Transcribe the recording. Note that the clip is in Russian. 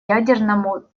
ядерному